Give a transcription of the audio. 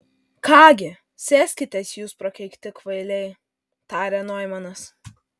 ką gi sėskitės jūs prakeikti kvailiai tarė noimanas